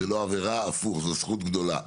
זו לא עבירה, הפוך, זו זכות גדולה.